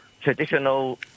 traditional